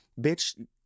Bitch